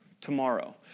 Tomorrow